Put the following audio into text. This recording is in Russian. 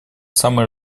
самые